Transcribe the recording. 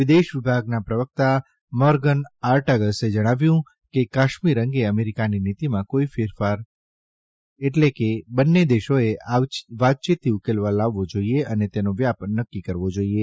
વિદેશવિભાગના પ્રવકતા મોર્ગન ઓર્ટાગસે જણાવ્યું કે કાશ્મીર અંગે અમેરિકાની નિતીમાં કોઇ ફેરફારતી એટલે બંને દેશોએ વાતયીતથી ઉકેલ લાવવો જાઇએ અને તેનો વ્યાપ નક્કી કરવો જાઇએ